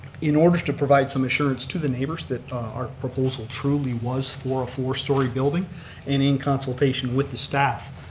in order to provide some assurance to the neighbors that our proposal truly was for a four story building and in consultation with the staff,